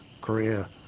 Korea